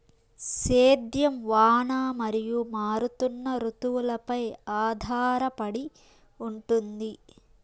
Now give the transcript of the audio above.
సేద్యం వాన మరియు మారుతున్న రుతువులపై ఆధారపడి ఉంటుంది